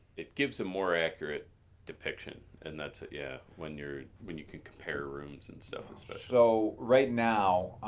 it gives a more accurate depiction. and that's. yeah when you're when you can compare rooms and stuff especially. so, right now,